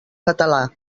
català